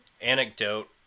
anecdote